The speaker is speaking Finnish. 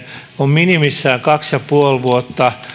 on minimissään kaksi pilkku viisi vuotta